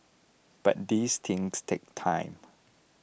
but these things take time